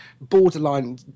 borderline